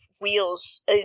wheels